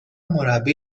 مربی